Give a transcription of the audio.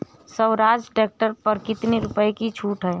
Swaraj tractor पर कितनी रुपये की छूट है?